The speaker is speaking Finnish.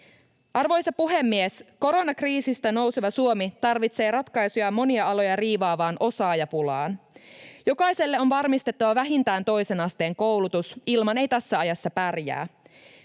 Arvoisa puhemies! Koronakriisistä nouseva Suomi tarvitsee ratkaisuja monia aloja riivaavaan osaajapulaan. Jokaiselle on varmistettava vähintään toisen asteen koulutus — ilman ei tässä ajassa pärjää.